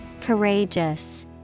Courageous